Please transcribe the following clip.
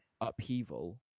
upheaval